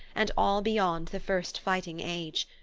and all beyond the first fighting age.